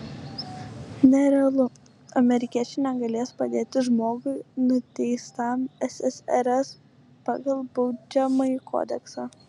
nerealu amerikiečiai negalės padėti žmogui nuteistam ssrs pagal baudžiamąjį kodeksą